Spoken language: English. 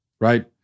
right